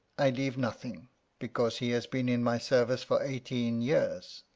i leave nothing because he has been in my service for eighteen years.